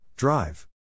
Drive